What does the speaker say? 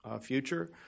future